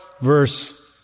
verse